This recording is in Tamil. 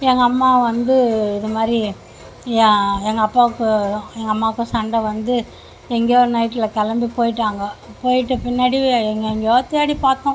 எங்கள் அம்மா வந்து இது மாதிரி என் எங்கள் அப்பாவுக்கும் எங்கள் அம்மாவுக்கும் சண்டை வந்து எங்கேயோ நைட்டில் கிளம்பி போய்விட்டாங்க போய்விட்ட பின்னாடி எங்கெங்கயோ தேடி பார்த்தோம்